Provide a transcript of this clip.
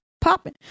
popping